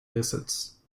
lizards